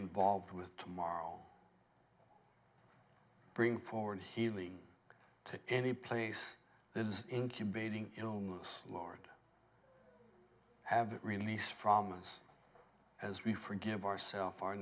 involved with tomorrow bring forward healing to any place that is incubating illness lord have that release from us as we forgive ourself our